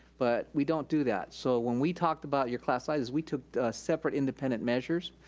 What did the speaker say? but we don't do that. so when we talked about your class sizes, we took separate independent measures.